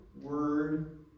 word